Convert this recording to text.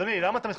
למה אתה מתחמק?